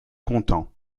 content